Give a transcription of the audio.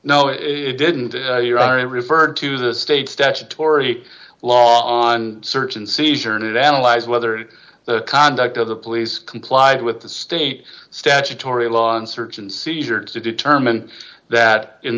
no it didn't you're i referred to the state statutory law on search and seizure and analyze whether the conduct of the police complied with the state statutory law and search and seizure to determine that in